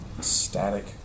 Static